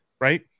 right